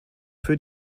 für